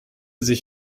sich